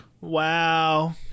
Wow